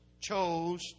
chose